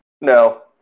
no